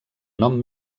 nom